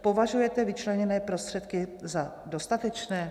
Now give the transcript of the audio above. Považujete vyčleněné prostředky za dostatečné?